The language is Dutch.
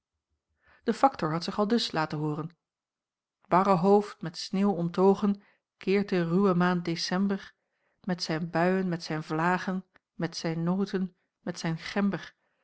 de factor had zich aldus laten hooren t barre hoofd met sneeuw omtogen keert de ruwe maand december met zijn buien met zijn vlagen met zijn noten met zijn gember